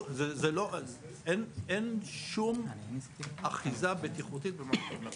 זה לא, אין שום אחיזה בטיחותית במה שאתה אומר.